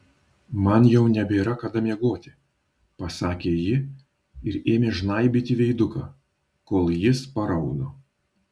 man jau nebėra kada miegoti pasakė ji ir ėmė žnaibyti veiduką kol jis paraudo